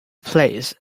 plays